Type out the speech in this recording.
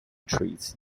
trees